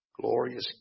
Glorious